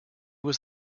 was